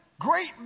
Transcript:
great